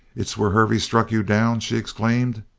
it's where hervey struck you down! she exclaimed.